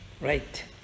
Right